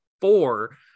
four